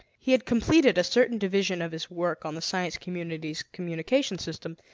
he had completed a certain division of his work on the science community's communication system,